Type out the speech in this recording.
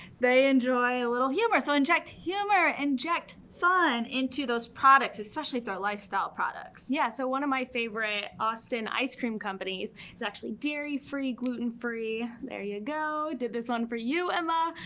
they enjoy a little humor, so inject humor, inject fun into those products, especially if they're lifestyle products. yeah, so one of my favorite austin ice cream companies is actually dairy-free, gluten-free. there you go. did this one for you, emma.